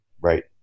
right